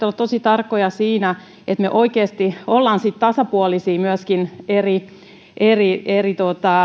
olla tosi tarkkoja siinä että me oikeasti olemme sitten tasapuolisia myöskin eri eri